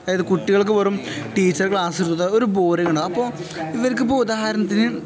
അതായത് കുട്ടികൾക്ക് വെറും ടീച്ചർ ക്ലാസ് ഒരു ബോറിംഗ് ഉണ്ടാകും അപ്പോള് ഇവർക്കിപ്പോള് ഉദാഹരണത്തിന്